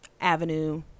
avenue